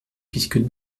puisque